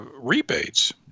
rebates